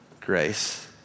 grace